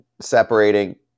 Separating